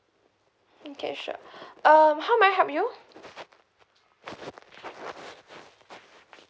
okay sure um how may I help you